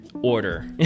order